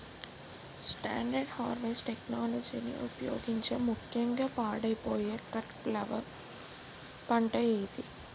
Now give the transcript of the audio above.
Standard harvest టెక్నాలజీని ఉపయోగించే ముక్యంగా పాడైపోయే కట్ ఫ్లవర్ పంట ఏది?